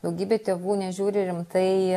daugybė tėvų nežiūri rimtai